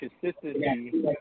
consistency